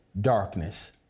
darkness